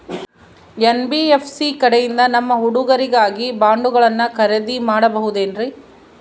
NBFC ಕಡೆಯಿಂದ ನಮ್ಮ ಹುಡುಗರಿಗಾಗಿ ಬಾಂಡುಗಳನ್ನ ಖರೇದಿ ಮಾಡಬಹುದೇನ್ರಿ?